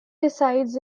resides